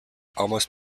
almost